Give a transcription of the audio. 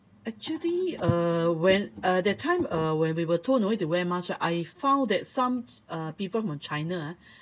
actually uh when uh that time uh when we were told no need to wear mask I found that some uh people from the china uh